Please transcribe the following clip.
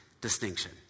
distinction